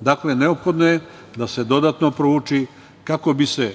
Dakle, neophodno je da se dodatno prouči kako bi se